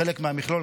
חלק מהמכלול,